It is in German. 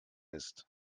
ist